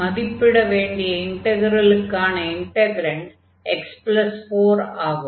ஆகவே மதிப்பிட வேண்டிய இன்டக்ரலுக்கான இன்டக்ரன்ட் x4 ஆகும்